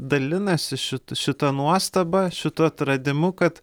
dalinasi šit šita nuostaba šituo atradimu kad